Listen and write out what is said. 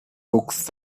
books